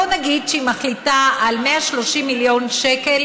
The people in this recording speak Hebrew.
בוא נגיד שהיא מחליטה על 130 מיליון שקל